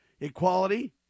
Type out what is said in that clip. Equality